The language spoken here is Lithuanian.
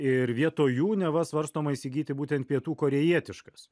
ir vietoj jų neva svarstoma įsigyti būtent pietų korėjietiškas